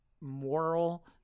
moral